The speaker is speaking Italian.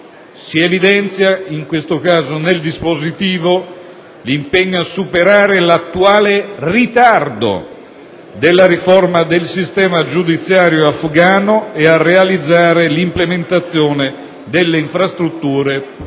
(si evidenzia, in questo caso nel dispositivo, l'impegno a «superare l'attuale ritardo della riforma del sistema giudiziario afghano, per realizzare l'implementazione delle relative infrastrutture e